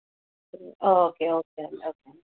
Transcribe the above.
okay okay అండి okay అండి